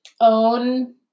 own